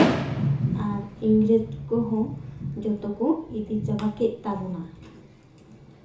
ᱟᱨ ᱤᱝᱨᱮᱡᱽ ᱠᱚᱦᱚᱸ ᱡᱚᱛᱚ ᱠᱚ ᱤᱫᱤ ᱪᱟᱵᱟ ᱠᱮᱫ ᱛᱟᱵᱚᱱᱟ